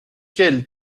quel